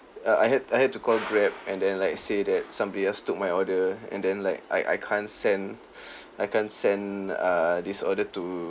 uh I had I had to call Grab and then like say that somebody else took my order and then like I I can't send I can't send err this order to